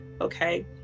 Okay